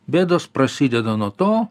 bėdos prasideda nuo to